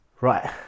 right